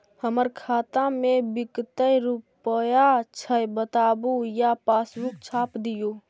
हमर खाता में विकतै रूपया छै बताबू या पासबुक छाप दियो?